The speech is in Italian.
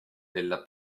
della